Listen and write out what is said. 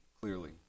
clearly